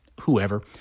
whoever